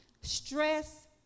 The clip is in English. Stress